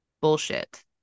Bullshit